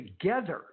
together